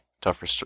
Tougher